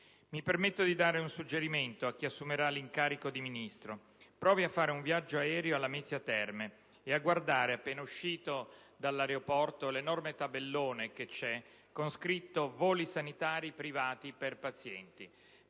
Mi permetto di dare un suggerimento a chi assumerà l'incarico di Ministro: provi a fare un viaggio in aereo a Lamezia Terme e a guardare, appena uscito dall'aeroporto, l'enorme tabellone dove è scritto: «Voli sanitari privati per pazienti».